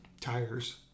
tires